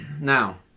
Now